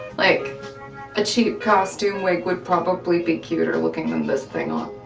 like a cheap costume wig would probably be cuter looking than this thing on.